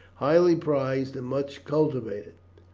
highly prized and much cultivated.